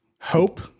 hope